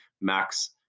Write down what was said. Max